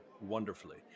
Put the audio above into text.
wonderfully